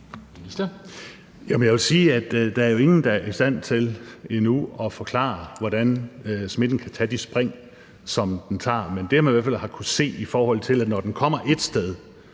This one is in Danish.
Jeg vil sige, at der jo endnu ikke er nogen, der er i stand til at forklare, hvordan smitten kan tage de spring, som den tager, men det, man i hvert fald har kunnet se, er, at når den kommer ét sted,